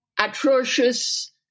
atrocious